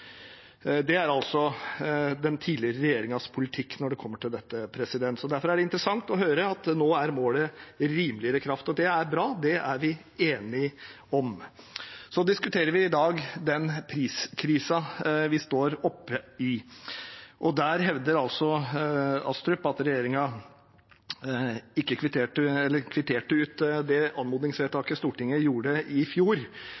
Det er altså den tidligere regjeringens politikk når det kommer til dette. Derfor er det interessant å høre at nå er målet rimeligere kraft. Det er bra, det er vi enige om. Vi diskuterer i dag den priskrisen vi står oppi. I den forbindelse hevder Astrup at regjeringen kvitterte ut det anmodningsvedtaket Stortinget gjorde i fjor.